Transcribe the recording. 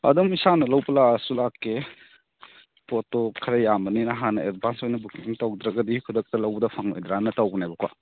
ꯑꯗꯨꯝ ꯏꯁꯥꯅ ꯂꯧꯕ ꯂꯥꯛꯑꯁꯨ ꯂꯥꯛꯀꯦ ꯄꯣꯠꯇꯣ ꯈꯔ ꯌꯥꯝꯕꯅꯤꯅ ꯍꯥꯟꯅ ꯑꯦꯗꯕꯥꯟꯁ ꯑꯣꯏꯅ ꯕꯨꯛꯀꯤꯡ ꯇꯧꯗ꯭ꯔꯒꯗꯤ ꯈꯨꯗꯛꯇ ꯂꯧꯕꯗ ꯐꯪꯂꯣꯏꯗ꯭ꯔꯅ ꯇꯧꯕꯅꯦꯕꯀꯣ